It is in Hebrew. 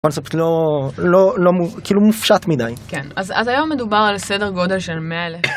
הקונספט לא לא לא כאילו מופשט מדי. כן, אז היום מדובר על סדר גודל של 100 אלף